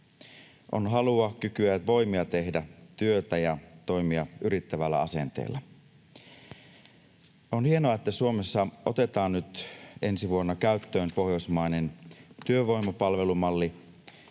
on halua, kykyä ja voimia tehdä työtä ja toimia yrittävällä asenteella. On hienoa, että Suomessa otetaan nyt ensi vuonna käyttöön pohjoismainen työvoimapalvelumalli.